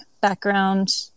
background